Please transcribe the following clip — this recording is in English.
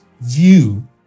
view